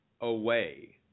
away